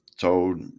told